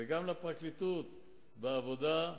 וגם לפרקליטות בעבודה,